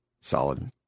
Solid